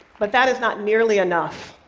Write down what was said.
but that is not nearly enough.